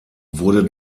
wurde